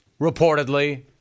reportedly